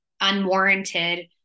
unwarranted